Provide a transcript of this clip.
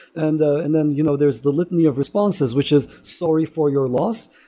and and then you know there is the litany of responses, which is, sorry for your loss.